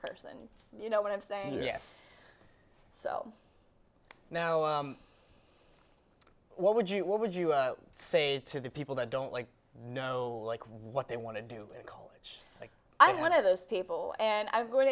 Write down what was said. person you know what i'm saying yes so now what would you what would you say to the people that don't like no like what they want to do college i'm one of those people and i'm going